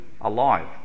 alive